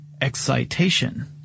excitation